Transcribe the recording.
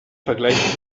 vergleicht